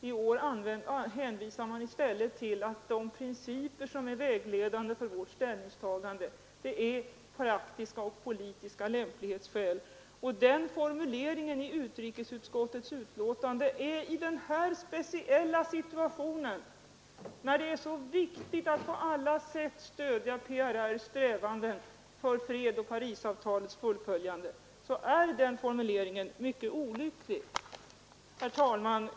I år hänvisar man i stället till att de principer som är vägledande för vårt ställningstagande är praktiska och politiska lämplighetsskäl, och den formuleringen i utrikesutskottets betänkande är mycket olycklig i denna speciella situation, när det är så viktigt att på alla sätt stödja PRR:s strävanden för fred och Parisavtalets fullföljande. Herr talman!